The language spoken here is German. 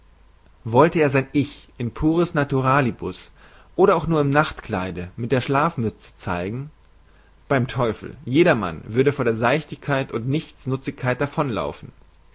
wollte er sein ich in puris naturalibus oder auch nur im nachtkleide und mit der schlafmüze zeigen beim teufel jedermann würde vor der seichtigkeit und nichtsnuzigkeit